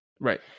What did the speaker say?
Right